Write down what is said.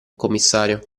commissario